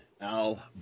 Al